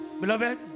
Beloved